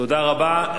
תודה רבה.